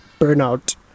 burnout